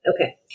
Okay